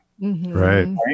right